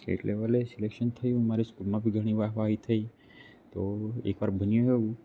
state લેવલે selection થયું મારી સ્કૂલમાં પણ ઘણી વાહ વાહી થઈ તો એકવાર બન્યું એવું